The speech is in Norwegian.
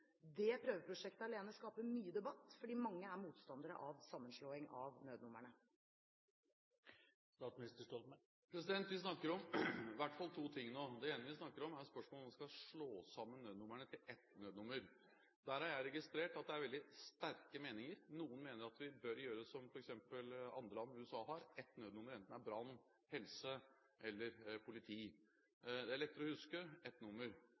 Det prøveprosjektet alene skaper mye debatt, fordi mange er motstandere av sammenslåing av nødnumrene. Vi snakker om i hvert fall to ting nå. Det ene vi snakker om, er spørsmålet om hvorvidt man skal slå sammen nødnumrene til ett nødnummer. Der har jeg registrert at det er veldig sterke meninger. Noen mener at vi bør gjøre som andre land, f.eks. USA, og ha ett nødnummer, enten det er brann, helse eller politi. Det er lettere å huske ett nummer.